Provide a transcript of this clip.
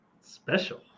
Special